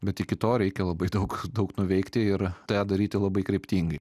bet iki to reikia labai daug daug nuveikti ir tą daryti labai kryptingai